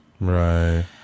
Right